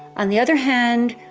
on the other hand,